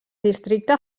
districte